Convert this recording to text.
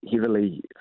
heavily